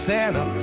Santa